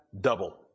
double